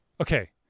okay